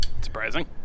Surprising